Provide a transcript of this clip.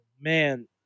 man